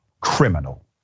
criminal